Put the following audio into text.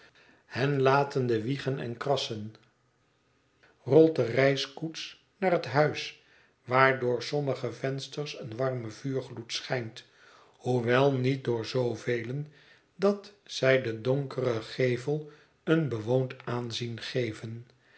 hen latende wiegen en krassen rolt de reiskoets naar het huis waar door sommige vensters een warme vuurgloed schijnt hoewel niet door zoovelen dat zij den donkeren gevel een bewoond aanzien geven